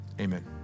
Amen